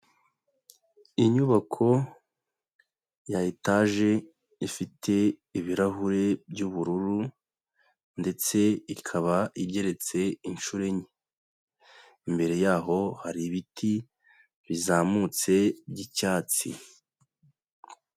Inyubako ya etaje ifite ibirahuri by'ubururu ndetse ikaba igereretse inshuro enye, imbere yaho hari ibiti bizamutse by'icyatsi.